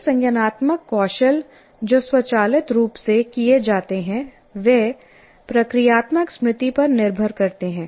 कई संज्ञानात्मक कौशल जो स्वचालित रूप से किए जाते हैं वे प्रक्रियात्मक स्मृति पर निर्भर करते हैं